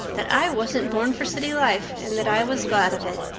that i wasn't born for city life and that i was glad of it.